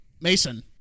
Mason